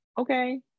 okay